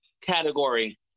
category